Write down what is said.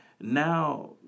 now